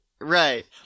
Right